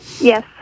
yes